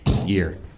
year